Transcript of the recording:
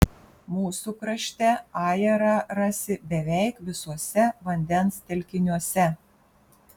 mūsų krašte ajerą rasi beveik visuose vandens telkiniuose